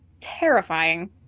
terrifying